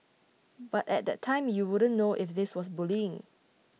but at that time you wouldn't know if this was bullying